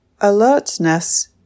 Alertness